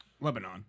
Lebanon